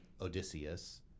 Odysseus